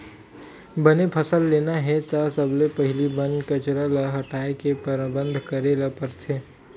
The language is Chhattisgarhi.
बने फसल लेना हे त सबले पहिली बन कचरा ल हटाए के परबंध करे ल परथे